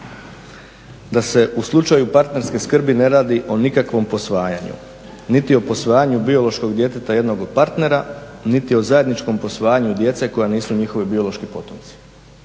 da se u slučaju partnerske skrbi ne radi o nikakvom posvajanju niti o posvajanju biološkog djeteta jednog od partnera, niti o zajedničkom posvajanju djece koja nisu njihovi biološki potomci.